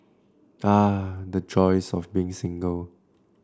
the joys of being single